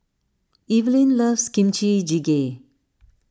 Evelyne loves Kimchi Jjigae